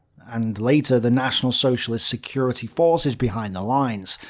and later, the national socialist security forces behind the lines.